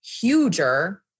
huger